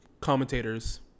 commentators